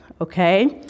okay